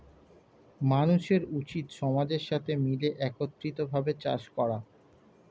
মানুষের উচিত সমাজের সাথে মিলে একত্রিত ভাবে চাষ করা